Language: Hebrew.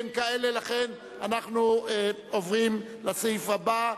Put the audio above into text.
אין כאלה, ולכן עוברים לסעיף הבא.